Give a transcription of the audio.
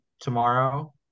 tomorrow